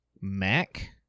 mac